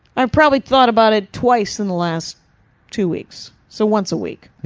i probably thought about it twice in the last two weeks. so once a week.